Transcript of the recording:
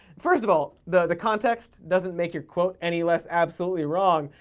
first of all, the. the context doesn't make your quote any less absolutely wrong,